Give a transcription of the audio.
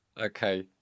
Okay